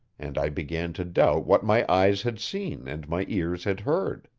and i began to doubt what my eyes had seen, and my ears had heard.